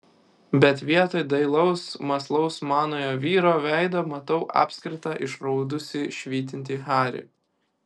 bet vietoj dailaus mąslaus manojo vyro veido matau apskritą išraudusį švytintį harį